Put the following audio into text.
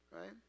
Right